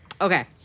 Okay